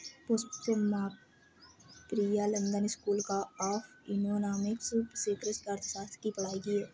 Pushpam Priya London school of economics से कृषि अर्थशास्त्र की पढ़ाई की है